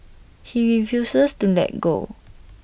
he refuses to let go